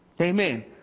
Amen